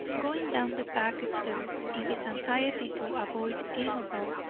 going down the back stairs, in his anxiety to avoid amabel,